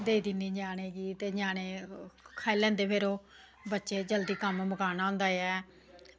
देई दिन्नी ञ्यानें गी ते ञ्यानें ते फिर खाई लैंदे ओह् ते फिर बच्चें गी जल्दी कम्म मुकाना होंदा ऐ ओह्